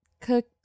cook